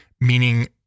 meaning